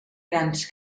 grans